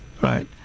Right